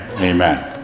Amen